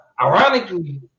ironically